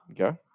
Okay